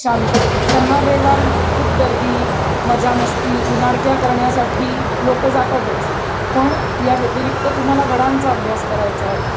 शांततेत शनिवार रविवार खूप गर्दी मजामस्ती उनाडक्या करण्यासाठी लोक जातातच पण या व्यतिरिक्त तुम्हाला गडांचा अभ्यास करायचा आहे